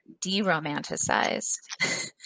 de-romanticized